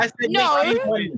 No